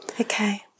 Okay